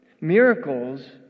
Miracles